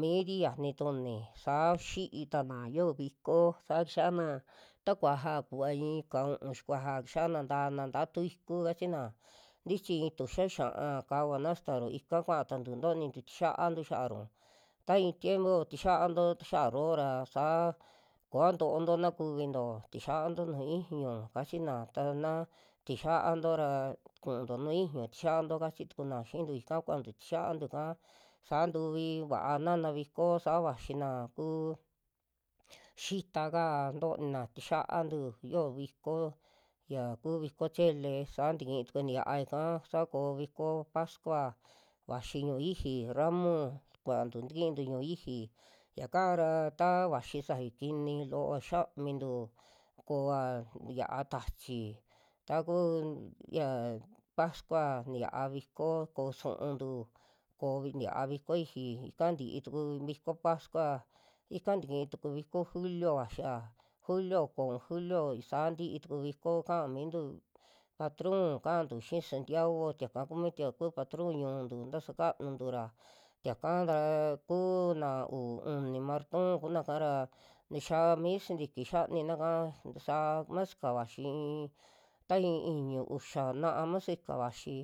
Miiri xiani tu'uni saa xi'i tana yio viko, saa kixiana ta kuaja kuva i'i kau'un xikuaja kixiana ntana nta'a tu iku kachina tichi i'i tuxa xa'aa kavana sataru ika kua tantu ntonintu chixiantu xa'aru ta i'i tiempo tixianto ya'aru yo'ora saa kua ntoonto na kuvinto, tixianto nuju ixiñu kachina tana tixianto ra kuunto nuju ixiñu tixianto kachi tukuna xiintu ika kuantu tixiantu'ka, saa ntuvivaa nana viko saa vaxina kuu xitaka tonina tixiantu, yoo viko ya kuu viko chele saa tikii tuku niyaa yaka, sa koo viko pascua vaxi ñuju iixi ramu kuantu takintu ñuju iixi, yaka'ra ta vaxi safi kini loova xiamintu koa xiaa tachi, taku ya pascua tiya'a viko koo su'untu ko niya'a viko iixi, ika ti'i tuku viko pascua, ika tikii tuku viko julio vaxia, julio oko u'un julio saa ntii tuku viko kaa mintu patron kaantu xii santiago tiaka kumii tie kuu patron ñu'untu, tasa kanuntu'ra tiaka ra kuuna uu uni marton kunaka ra tixia mii sintiki xianina'ka tasaa masica vixi i'i, i'i ta i'i iñu, uxa naa masica vaxi,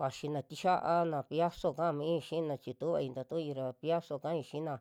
vaxi na tixia na payaso ka'ami xina chi tuvai ntatu'ui ra payaso kaai xina.